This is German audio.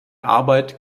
arbeit